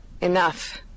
Enough